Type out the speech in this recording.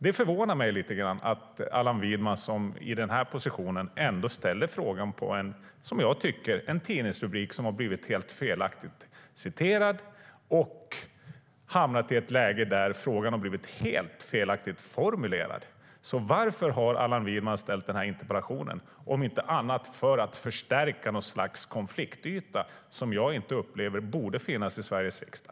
Det förvånar mig att Allan Widman i sin position ställer frågan utifrån en tidningsrubrik som jag tycker har blivit helt felaktigt citerad och i ett läge där frågan har blivit helt felaktigt formulerad. Varför har Allan Widman ställt den här interpellationen om inte för att förstärka någon sorts konfliktyta som jag inte upplever borde finnas i Sveriges riksdag?